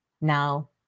Now